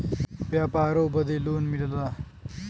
व्यापारों बदे लोन मिलला